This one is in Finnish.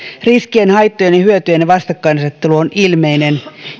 riskien haittojen ja hyötyjen vastakkainasettelu on ilmeinen